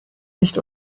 nicht